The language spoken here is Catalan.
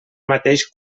mateix